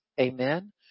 amen